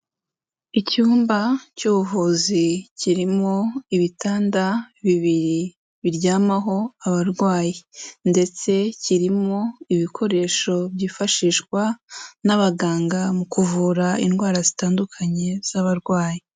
Icyumba cy'ubuvuzi kirimo ibitanda bibiri biryamaho abarwayi, ndetse kirimo ibikoresho byifashishwa n'abaganga mu kuvura indwara zitandukanye z'abarwayi.